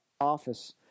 office